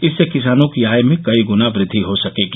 इससे किसानों की आय में कई गुना वृद्धि हो सकेगी